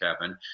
Kevin